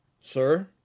Sir